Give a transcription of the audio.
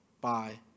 bye